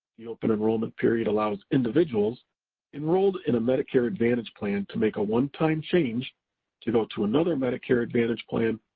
the open enrollment period allows individuals enrolled in a medicare advantage plan to make a one time change to go to another medicare advantage plan,